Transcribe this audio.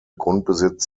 grundbesitz